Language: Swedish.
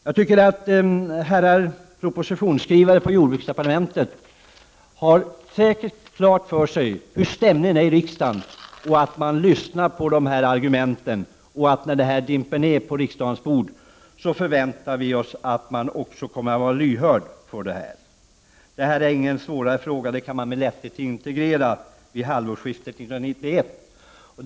Här har propositionsskrivare på jordbruksdepartementet säkert klart för sig hur stämningen är i riksdagen. De bör lyssna på dessa argument. När propositionen läggs på riksdagens bord förväntar vi oss att regeringen kommer att vara lyhörd för våra synpunkter. Detta är ingen svårare fråga. Den kan med lätthet integreras vid halvårsskiftet 1991.